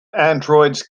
androids